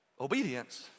obedience